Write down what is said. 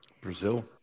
Brazil